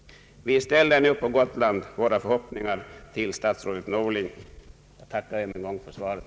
Vi ställer nu på Gotland våra förhoppningar till statsrådet Norling. Jag tackar än en gång för svaret.